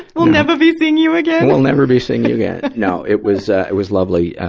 i'll never be seeing you again. we'll never be seeing you again. no, it was, ah, it was lovely, ah,